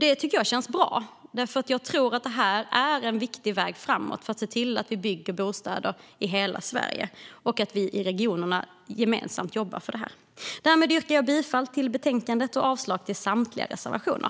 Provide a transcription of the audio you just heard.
Det känns bra, för jag tror att det är en viktig väg framåt för att se till att vi bygger bostäder i hela Sverige och att vi i regionerna gemensamt jobbar för detta. Härmed yrkar jag bifall till förslaget i betänkandet och avslag på samtliga reservationer.